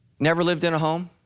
never lived in a home.